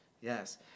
Yes